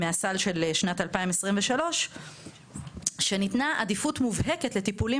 ראו שמהסל של שנת 2023 ניתנה עדיפות מובהקת לטיפולים